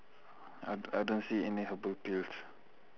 I d~ I don't see any herbal pills